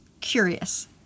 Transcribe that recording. curious